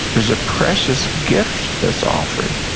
there is a precious gift that's offered.